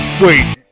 Wait